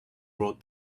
wrote